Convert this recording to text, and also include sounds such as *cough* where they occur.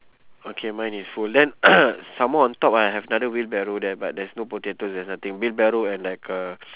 okay mine is full then *coughs* some more on top ah I have another wheelbarrow there but there's no potato there's nothing wheelbarrow and like uh